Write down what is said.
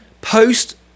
post